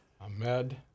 Ahmed